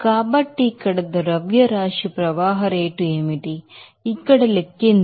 కాబట్టి ఇక్కడ mass flow rate ఏమిటి ఇక్కడ లెక్కిద్దాం